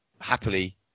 happily